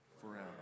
forever